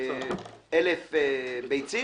זה 200,000 ביצים,